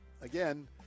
again